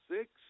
six